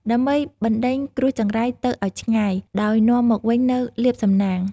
ដើម្បីបណ្ដេញគ្រោះចង្រៃទៅឲ្យឆ្ងាយ ដោយនាំមកវិញនូវលាភសំណាង។